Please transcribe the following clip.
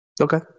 Okay